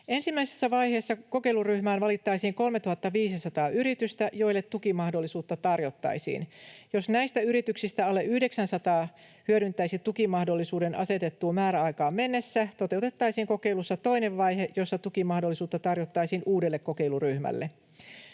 Ensimmäisessä vaiheessa kokeiluryhmään valittaisiin 3 500 yritystä, joille tukimahdollisuutta tarjottaisiin. Jos näistä yrityksistä alle 900 hyödyntäisi tukimahdollisuuden asetettuun määräaikaan mennessä, toteutettaisiin kokeilussa toinen vaihe, jossa tukimahdollisuutta tarjottaisiin uudelle kokeiluryhmälle.